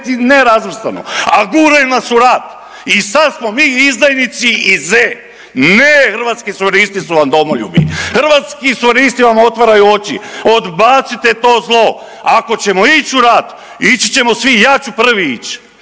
razumije/…nerazvrstano, al guraju nas u rat i sad smo mi izdajnici i Z, ne Hrvatski suverenisti su vam domoljubi, Hrvatski suverenisti vam otvaraju oči, odbacite to zlo, ako ćemo ić u rat ići ćemo svi i ja ću prvi ić,